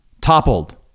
toppled